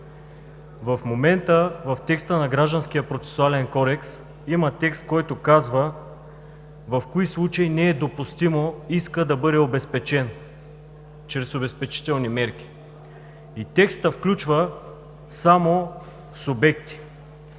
В момента в текста на Гражданския процесуалния кодекс има текст, който казва в кои случаи не е допустимо искът да бъде обезпечен чрез обезпечителни мерки. Текстът включва само субекти.